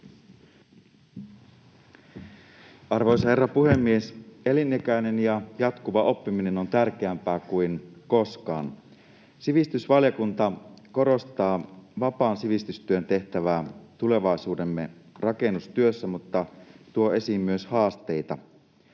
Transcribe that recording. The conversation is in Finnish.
Arvoisa herra puhemies! Elinikäinen ja jatkuva oppiminen on tärkeämpää kuin koskaan. Sivistysvaliokunta korostaa vapaan sivistystyön tehtävää tulevaisuutemme rakennustyössä mutta tuo esiin myös haasteita.